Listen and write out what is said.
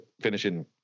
finishing